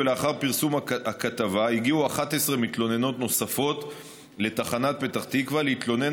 לאחר פרסום הכתבה הגיעו 11 מתלוננות נוספות לתחנת פתח תקווה להתלונן